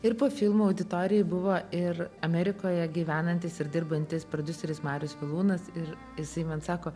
ir po filmų auditorijoj buvo ir amerikoje gyvenantis ir dirbantis prodiuseris marius vilūnas ir jisai man sako